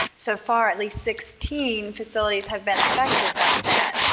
so far, at least sixteen facilities have been affected like that.